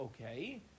okay